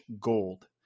gold